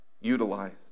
utilized